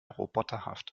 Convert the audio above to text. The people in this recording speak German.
roboterhaft